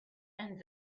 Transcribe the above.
and